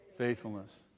Faithfulness